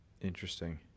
Interesting